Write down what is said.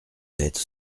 dettes